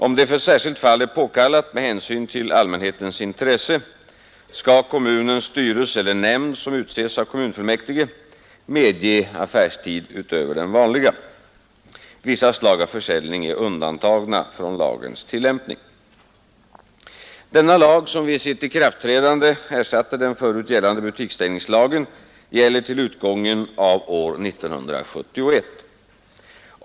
Om det för särskilt fall är påkallat med hänsyn till allmänhetens intresse, skall kommunens styrelse eller nämnd som utses av kommunfullmäktige medge affärstid utöver den vanliga. Vissa slag av försäljning är undantagna från lagens tillämpning. Denna lag som vid sitt ikraftträdande ersatte den förut gällande butiksstängningslagen gäller till utgången av år 1971.